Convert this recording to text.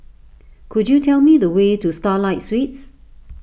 could you tell me the way to Starlight Suites